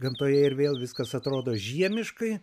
gamtoje ir vėl viskas atrodo žiemiškai